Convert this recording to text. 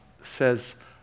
says